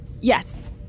Yes